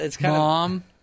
mom